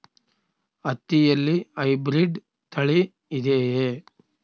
ಹತ್ತಿಯಲ್ಲಿ ಹೈಬ್ರಿಡ್ ತಳಿ ಇದೆಯೇ?